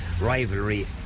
rivalry